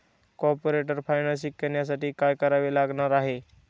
Corporate finance शिकण्यासाठी काय करावे लागणार आहे?